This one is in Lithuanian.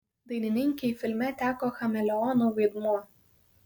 dainininkei filme teko chameleono vaidmuo